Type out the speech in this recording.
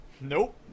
Nope